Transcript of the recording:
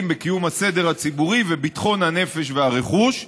בקיום הסדר הציבורי וביטחון הנפש והרכוש".